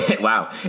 Wow